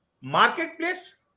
marketplace